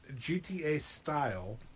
GTA-style